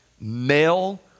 male